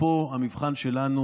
ופה המבחן שלנו.